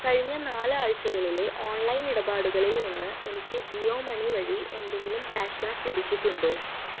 കഴിഞ്ഞ നാലാഴ്ച്ചകളിലെ ഓൺലൈൻ ഇടപാടുകളിൽ നിന്ന് എനിക്ക് ജിയോ മണി വഴി എന്തെങ്കിലും ക്യാഷ്ബാക്ക് ലഭിച്ചിട്ടുണ്ടോ